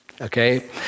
okay